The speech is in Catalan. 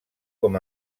com